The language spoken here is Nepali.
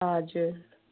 हजुर